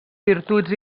virtuts